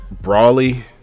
Brawly